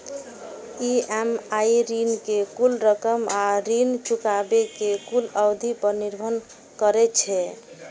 EMI ऋण के कुल रकम आ ऋण चुकाबै के कुल अवधि पर निर्भर करै छै